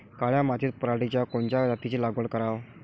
काळ्या मातीत पराटीच्या कोनच्या जातीची लागवड कराव?